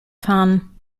fahren